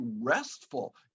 restful